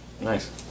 Nice